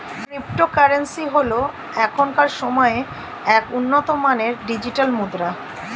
cryptocurrency হল এখনকার সময়ের এক উন্নত মানের ডিজিটাল মুদ্রা